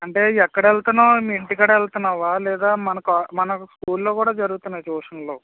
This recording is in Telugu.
అంటే ఎక్కడ వెళుతున్నావు మీ ఇంటికాడ వెళ్తున్నవా లేక మన స్కూల్లో కూడా జరుగుతున్నాయి ట్యూషన్లు